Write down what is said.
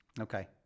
Okay